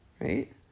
right